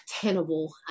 tenable